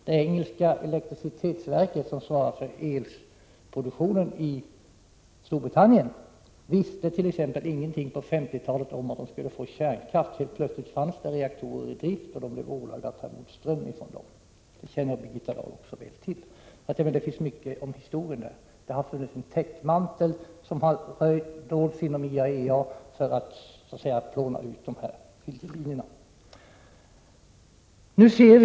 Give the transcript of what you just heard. Det engelska elektricitetsverket, som svarar för elproduktionen i Storbritannien, visste på 1950-talet ingenting om att man skulle få kärnkraft. Helt plötsligt fanns det reaktorer i drift, och elektricitetsverket blev ålagt att ta emot ström från dessa reaktorer. Det känner Birgitta Dahl också väl till. Detta hör till historien. IAEA har varit en täckmantel för att plåna ut dessa skillnader.